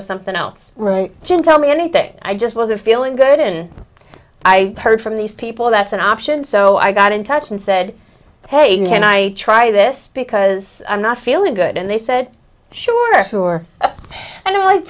to something else just tell me anything i just wasn't feeling good in i heard from these people that's an option so i got in touch and said hey can i try this because i'm not feeling good and they said sure sure i don't like